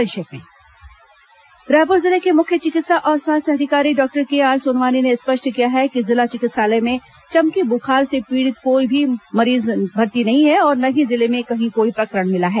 संक्षिप्त समाचार रायपुर जिले के मुख्य चिकित्सा और स्वास्थ्य अधिकारी डॉक्टर केआर सोनवानी ने स्पष्ट किया है कि जिला चिकित्सालय में चमकी बुखार से पीड़ित कोई भी मरीज भर्ती नहीं है और न ही जिले में कहीं कोई प्रकरण मिला है